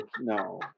no